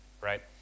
right